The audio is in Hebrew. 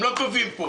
הם לא קובעים פה.